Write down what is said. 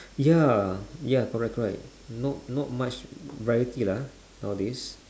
ya ya correct correct not not much variety lah nowadays